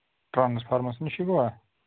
ٹرٛانَسسفارمَس نِش گوٚوا